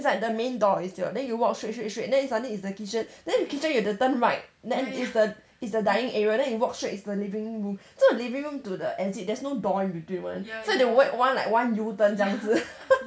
it's like the main door is here then you walk straight straight straight then it's suddenly it's the kitchen then the kitchen you have to turn right then is the is the dining area then you walk straight is the living room so the living room to the exit there's no door in between [one] so you have to make one like one U-turn 这样子